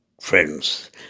Friends